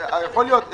יכול להיות.